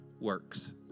works